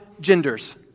genders